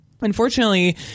Unfortunately